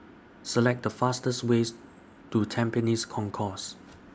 Select The fastest ways to Tampines Concourse